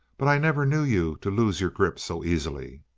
but i never knew you to lose your grip so easily.